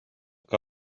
que